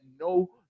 no